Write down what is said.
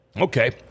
Okay